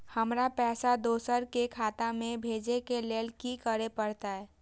हमरा पैसा दोसर के खाता में भेजे के लेल की करे परते?